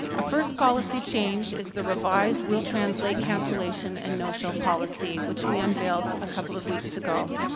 a first policy change is the revised wheel-trans late cancellation and no-show policy, which we unveiled a couple of weeks ago.